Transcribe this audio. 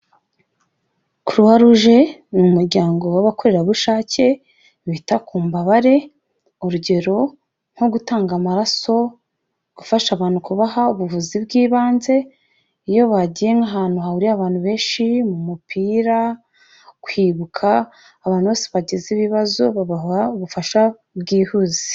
Croix Rouge, umuryango w'abakorerabushake bita ku mbabare, urugero nko gutanga amaraso, gufasha abantu kubaha ubuvuzi bw'ibanze, iyo bagiye ahantu hahuriye abantu benshi mu mupira, kwibuka, abantu bose bagize ibibazo babaha ubufasha bwihuse.